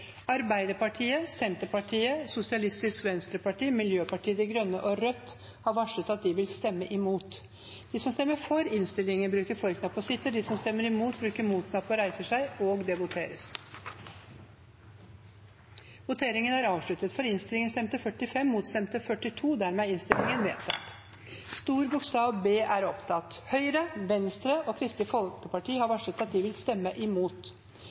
Arbeiderpartiet, Senterpartiet, Sosialistisk Venstreparti, Miljøpartiet De Grønne og Rødt har varslet at de vil stemme imot. Videre var innstilt: Det voteres først over I–XXXIX samt XLI og XLII. Høyre, Fremskrittspartiet, Venstre og Kristelig Folkeparti har varslet at de vil stemme imot.